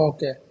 Okay